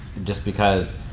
just because,